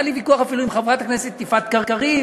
היה לי ויכוח אפילו עם חברת הכנסת יפעת קריב,